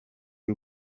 y’u